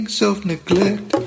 self-neglect